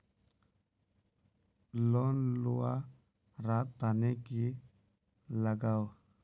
Loan लुवा र तने की लगाव?